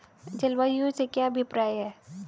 जलवायु से क्या अभिप्राय है?